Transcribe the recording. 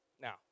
now